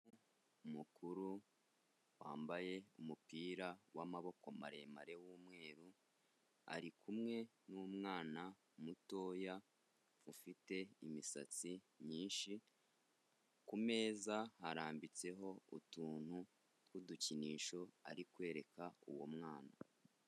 Umukuru wambaye umupira w'amaboko maremare w'umweru, ari kumwe n'umwana mutoya ufite imisatsi myinshi, kumeza harambitseho utuntu tw'dukinisho ari kwereka uwo mwana.